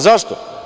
Zašto?